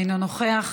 אינו נוכח.